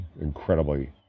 incredibly